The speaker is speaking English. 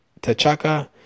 Tachaka